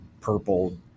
purple